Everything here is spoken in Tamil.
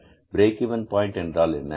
பிரேக் இவென் பாயின்ட் என்றால் என்ன